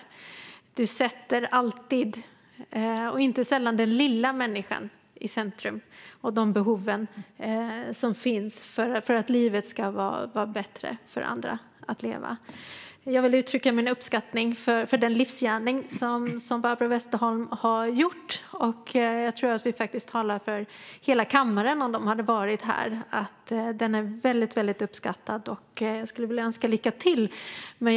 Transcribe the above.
Hon sätter inte sällan den lilla människan i centrum och de behov som finns för att livet ska vara bättre att leva för andra. Jag vill uttrycka min uppskattning för Barbro Westerholms livsgärning, och jag tror att jag talar för hela kammaren när jag säger att den är väldigt uppskattad. Jag skulle också vilja önska dig lycka till, Barbro.